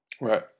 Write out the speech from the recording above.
Right